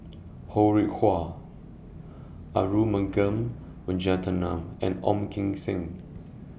Ho Rih Hwa Arumugam Vijiaratnam and Ong Kim Seng